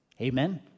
Amen